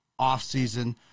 offseason